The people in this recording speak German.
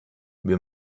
wir